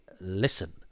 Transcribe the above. listen